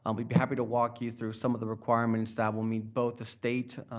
um be be happy to walk you through some of the requirements that will meet both the state,